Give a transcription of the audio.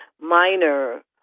minor